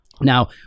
now